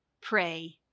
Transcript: Pray